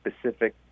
specific